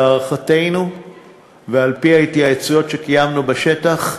להערכתנו ועל-פי ההתייעצויות שקיימנו בשטח,